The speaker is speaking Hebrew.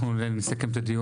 אוקיי, אנחנו נסכם את הדיון,